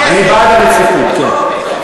אני בעד הרציפות, כן.